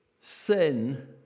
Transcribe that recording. Sin